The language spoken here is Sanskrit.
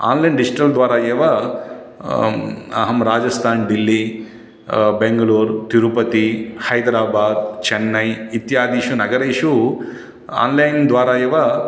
आन्लैन् डिश्टल्द्वारा एव अहं राजस्थानं दिल्ली बेङ्गलूरः तिरुपतिः हैद्राबादः चेन्नै इत्यादिषु नगरेषु आन्लैन्द्वारा एव